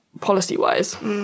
policy-wise